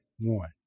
one